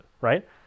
right